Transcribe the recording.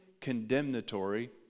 condemnatory